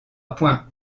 point